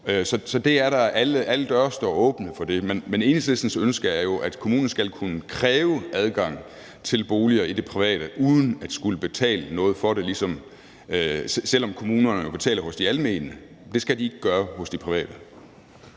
Så alle døre står åbne for det, men Enhedslistens ønske er jo, at kommunen skal kunne kræve adgang til boliger i det private uden at skulle betale noget for det, selv om kommunerne jo betaler hos de almene. Men det skal de ikke gøre hos de private.